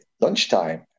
lunchtime